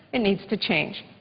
it needs to change.